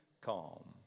calm